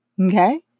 Okay